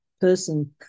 person